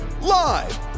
Live